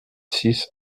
six